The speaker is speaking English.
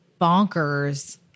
bonkers